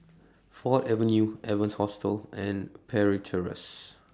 Ford Avenue Evans Hostel and Parry Terrace